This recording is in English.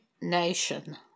nation